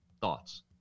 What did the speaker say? Thoughts